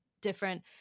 different